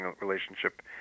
relationship